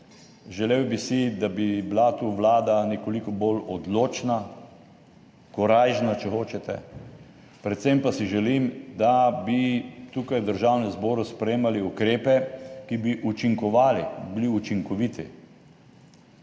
Želel bi si, da bi bila tu vlada nekoliko bolj odločna, korajžna, če hočete. Predvsem pa si želim, da bi v Državnem zboru sprejemali ukrepe, ki bi učinkovali, bili učinkoviti.